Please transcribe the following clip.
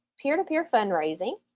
peer-to-peer fundraising.